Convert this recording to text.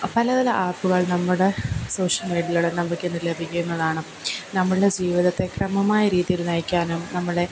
പലപല ആപ്പുകൾ നമ്മുടെ സോഷ്യൽ മീഡിയയിലൂടെ നമ്മുക്ക് ഇന്നു ലഭിക്കുന്നതാണ് നമ്മളുടെ ജീവിതത്തെ ക്രമമായ രീതിയിൽ നയിക്കാനും നമ്മുടെ